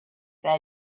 their